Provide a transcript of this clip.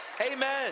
Amen